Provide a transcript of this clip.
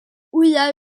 wyau